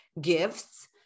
gifts